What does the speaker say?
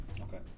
Okay